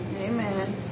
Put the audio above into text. Amen